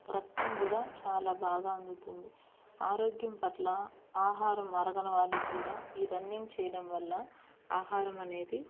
రక్తం కూడా చాలా బాగా అందుతుంది ఆరోగ్యం పట్ల ఆహారం అరగని వాళ్ళకి కూడా ఈ రన్నింగ్ చేయడం వల్ల ఆహారం అనేది